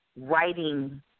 writing